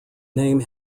name